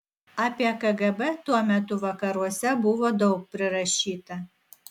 apie kgb tuo metu vakaruose buvo daug prirašyta